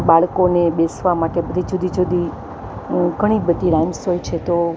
બાળકોને બેસવા માટે બધી જુદી જુદી ઘણી બધી રાઇમ્સ હોય છે તો